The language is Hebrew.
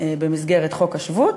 במסגרת חוק השבות,